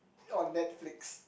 on Netflix